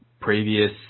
previous